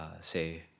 say